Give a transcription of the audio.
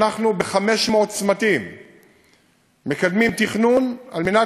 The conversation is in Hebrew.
אנחנו ב-500 צמתים מקדמים תכנון על מנת